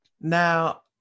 Now